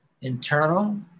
internal